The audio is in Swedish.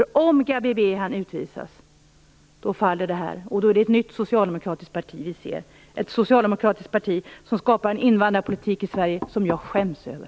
Om Gabi Behan utvisas, då faller detta, och då är det ett nytt socialdemokratiskt parti som vi ser, ett socialdemokratiskt parti som skapar en invandrarpolitik i Sverige som jag skäms över.